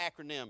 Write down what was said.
acronym